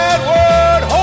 Edward